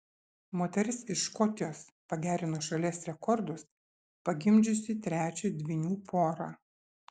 moteris iš škotijos pagerino šalies rekordus pagimdžiusi trečią dvynių porą